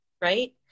Right